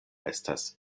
estas